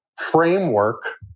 framework